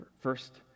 first